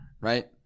right